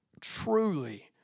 truly